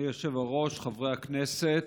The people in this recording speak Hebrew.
אדוני היושב-ראש, חברי הכנסת,